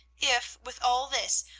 if, with all this,